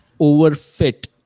overfit